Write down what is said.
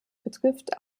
betrifft